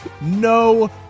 No